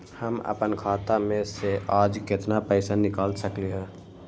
हम अपन खाता में से आज केतना पैसा निकाल सकलि ह?